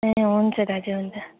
ए हुन्छ दाजु हुन्छ